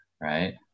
right